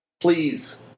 Please